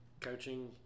coaching